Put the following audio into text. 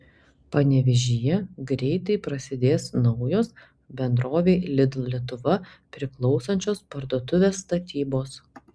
panevėžyje greitai prasidės naujos bendrovei lidl lietuva priklausančios parduotuvės statybos